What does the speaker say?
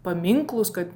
paminklus kad